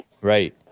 Right